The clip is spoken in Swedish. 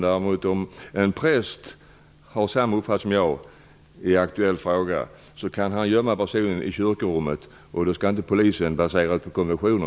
Däremot kan en präst, som har samma uppfattning som jag i den aktuella frågan, gömma personen i kyrkorummet. Detta kan inte polisen förhindra med stöd av konventioner.